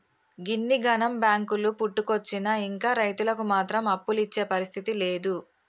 గిన్నిగనం బాంకులు పుట్టుకొచ్చినా ఇంకా రైతులకు మాత్రం అప్పులిచ్చే పరిస్థితి లేదు